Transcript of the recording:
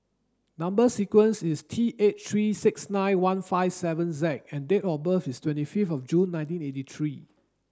number sequence is T eight three six nine one five seven Z and date of birth is twenty fifth of June nineteen eighty three